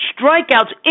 Strikeouts